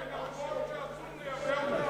זה נכון שאסור לייבא אותם?